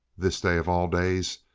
this day of all days,